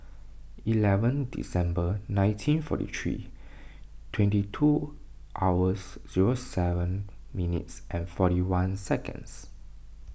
eleven December nineteen forty three twenty two hours zero seven minutes and forty one seconds